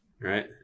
Right